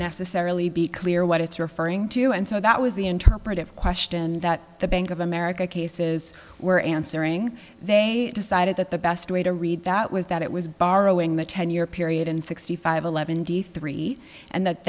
necessarily be clear what it's referring to and so that was the interpretive question that the bank of america cases were answering they decided that the best way to read that was that it was borrowing the ten year period in sixty five eleven d three and that